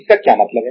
इसका क्या मतलब है